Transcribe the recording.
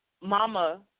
Mama